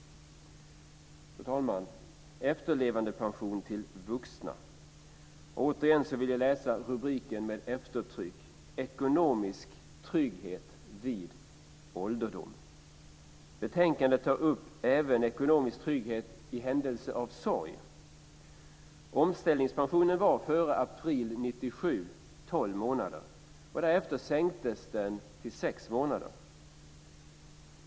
Jag vill också när det gäller frågan om efterlevandepension till vuxna med eftertryck återigen läsa upp rubriken Ekonomisk trygghet vid ålderdom. I betänkandet tas även upp ekonomisk trygghet vid händelse av sorg. Omställningspension utbetalades före april 1997 i tolv månader. Därefter sänktes tiden till sex månader.